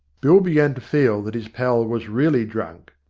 bill began to feel that his pal was really drunk.